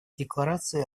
декларации